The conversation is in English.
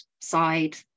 side